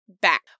back